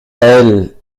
elle